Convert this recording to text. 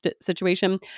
situation